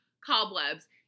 cobwebs